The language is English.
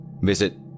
visit